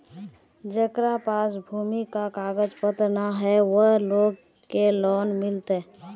जेकरा पास भूमि का कागज पत्र न है वो लोग के लोन मिलते?